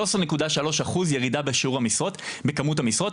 שלוש עשרה נקודה שלושה אחוז ירידה בכמות המשרות.